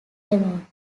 demon